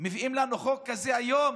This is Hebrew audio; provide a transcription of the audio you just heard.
מביאים לנו חוק כזה היום,